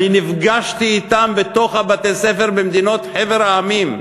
אני נפגשתי אתם בתוך בתי-הספר בחבר המדינות,